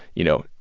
you know,